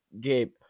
Gabe